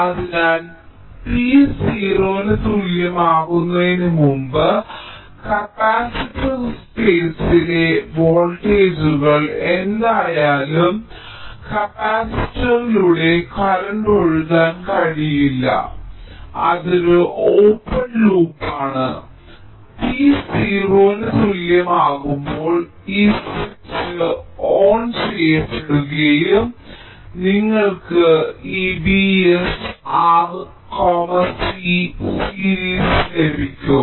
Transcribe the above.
അതിനാൽ t 0 ന് തുല്യമാകുന്നതിന് മുമ്പ് കപ്പാസിറ്റർ സ്പെയ്സിലെ വോൾട്ടേജുകൾ എന്തായാലും കപ്പാസിറ്ററിലൂടെ കറന്റ് ഒഴുകാൻ കഴിയില്ല അത് ഒരു ഓപ്പൺ ലൂപ്പാണ് t 0 ന് തുല്യമാകുമ്പോൾ ഈ സ്വിച്ച് ഓൺ ചെയ്യപ്പെടുകയും നിങ്ങൾക്ക് ഈ Vs R C സീരീസും ലഭിക്കും